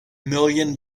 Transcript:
million